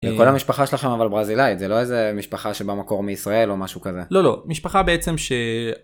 כל המשפחה שלכם אבל ברזילאית זה לא איזה משפחה שבמקור מישראל או משהו כזה לא לא משפחה בעצם.